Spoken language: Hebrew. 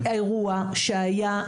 בגלל אירוע שהיה,